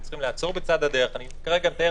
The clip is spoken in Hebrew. הם צריכים לעצור בצד הדרך אני כרגע מתאר